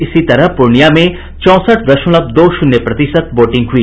इसी तरह पूर्णिया में चौसठ दशमलव दो शून्य प्रतिशत वोटिंग हुई